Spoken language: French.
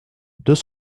deux